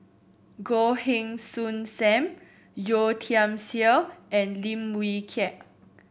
Goh Heng Soon Sam Yeo Tiam Siew and Lim Wee Kiak